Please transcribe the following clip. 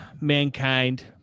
Mankind